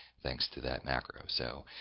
thanks to that macro. so,